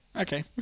Okay